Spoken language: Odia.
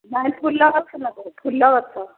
ନାଇ ଫୁଲ ଗଛ ଲଗାଇବୁ ଫୁଲ ଗଛ